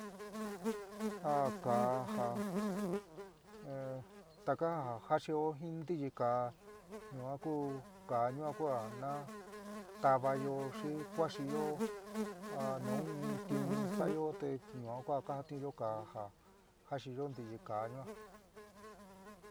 Ja kaá ja taka ja jaxió jin ntiyika ñua ku kaá ñua kua natávayó xi kuaxiyó a nu in ntiun sa'ayo te ñua ka jaatiunyó kaá ja jaxiyo ntiyiká yuan.